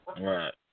Right